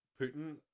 Putin